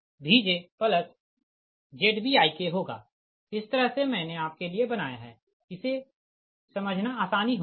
तो यह VkVjZbIk होगा इस तरह से मैंने आपके लिए बनाया है इसे समझना आसानी होगा